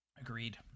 Agreed